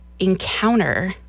Encounter